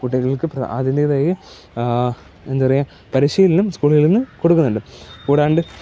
കുട്ടികൾക്ക് അതിൻറ്റെതായ എന്താ പറയുക പരിശീലനം സ്കൂളിൽ നിന്ന് കൊടുക്കുന്നുണ്ട് കൂടാണ്ട്